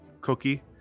cookie